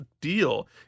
deal